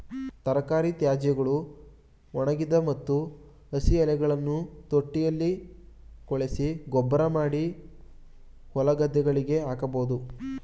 ತರಕಾರಿ ತ್ಯಾಜ್ಯಗಳು, ಒಣಗಿದ ಮತ್ತು ಹಸಿ ಎಲೆಗಳನ್ನು ತೊಟ್ಟಿಯಲ್ಲಿ ಕೊಳೆಸಿ ಗೊಬ್ಬರಮಾಡಿ ಹೊಲಗದ್ದೆಗಳಿಗೆ ಹಾಕಬೋದು